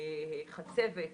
חצבת,